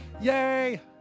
Yay